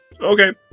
Okay